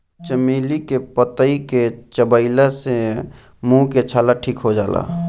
चमेली के पतइ के चबइला से मुंह के छाला ठीक हो जाला